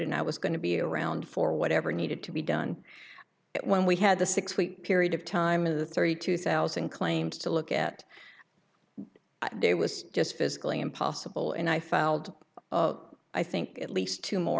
and i was going to be around for whatever needed to be done when we had the six week period of time of the thirty two thousand claims to look at it was just physically impossible and i filed i think at least two